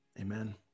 amen